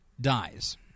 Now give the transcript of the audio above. dies